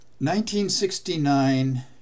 1969